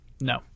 No